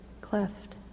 cleft